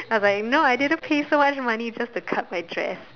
I was like no I didn't pay so much money just to cut my dress